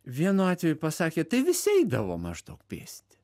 vienu atveju pasakė tai visi eidavo maždaug pėsti